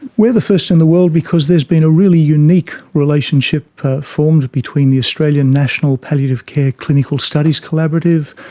we are the first of and the world because there's been a really unique relationship formed between the australian national palliative care clinical studies collaborative,